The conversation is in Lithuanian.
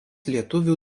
lietuvių